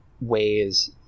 ways